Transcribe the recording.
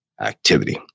activity